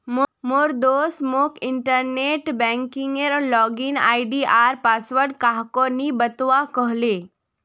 मोर दोस्त मोक इंटरनेट बैंकिंगेर लॉगिन आई.डी आर पासवर्ड काह को नि बतव्वा कह ले